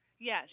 Yes